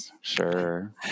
Sure